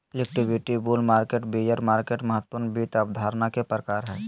liquidity, bull market, bear market महत्वपूर्ण वित्त अवधारणा के प्रकार हय